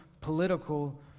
political